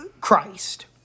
Christ